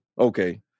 okay